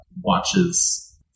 watches